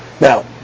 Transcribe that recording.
Now